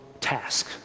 task